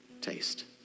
Taste